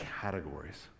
categories